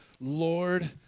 Lord